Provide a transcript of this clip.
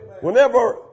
Whenever